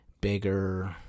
bigger